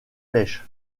pêche